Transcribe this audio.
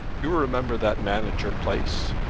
you remember that man at your place?